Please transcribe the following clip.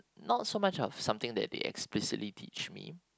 not so much of something that they explicitly teach me